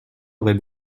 aurait